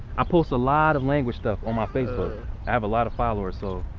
i post a lot of language stuff on my facebook have a lot of followers so.